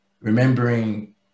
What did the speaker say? remembering